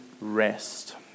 rest